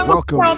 Welcome